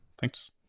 Thanks